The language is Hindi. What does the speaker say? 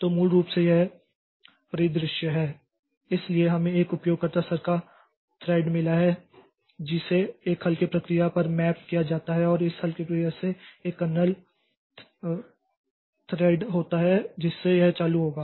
तो मूल रूप से यह परिदृश्य है इसलिए हमें एक उपयोगकर्ता स्तर का थ्रेड मिला है जिसे एक हल्की प्रक्रिया पर मैप किया जाता है और इस हल्की प्रक्रिया से एक कर्नेल थ्रेड होता है जिससे यह चालू होगा